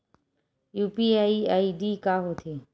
UPI ID का होथे?